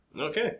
Okay